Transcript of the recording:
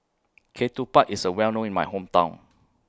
Ketupat IS A Well known in My Hometown